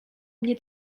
mnie